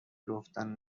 گفتن